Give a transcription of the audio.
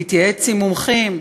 להתייעץ עם מומחים.